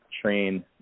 train